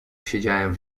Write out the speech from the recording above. siedziałem